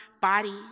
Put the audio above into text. body